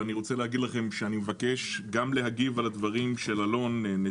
אני מבקש גם להגיב על הדברים של אלון רוטשילד,